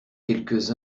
quelques